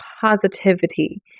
positivity